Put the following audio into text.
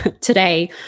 today